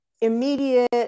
immediate